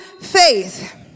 faith